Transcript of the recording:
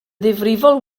ddifrifol